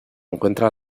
encuentra